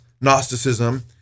Gnosticism